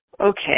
Okay